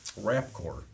rapcore